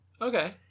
Okay